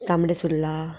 Tambdi Surla